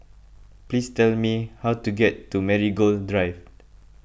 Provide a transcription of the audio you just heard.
please tell me how to get to Marigold Drive